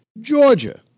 Georgia